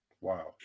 wow